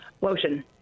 Lotion